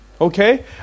Okay